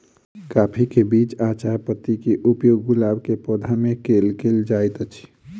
काफी केँ बीज आ चायपत्ती केँ उपयोग गुलाब केँ पौधा मे केल केल जाइत अछि?